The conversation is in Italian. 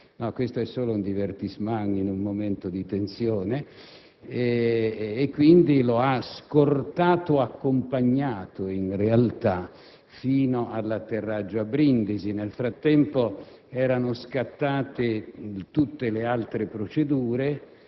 ma questo è solo un *divertissement* in un momento di tensione. In realtà, quindi, lo ha scortato, accompagnato in realtà, fino all'atterraggio a Brindisi. Nel frattempo, sono scattate tutte le altre procedure